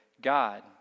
God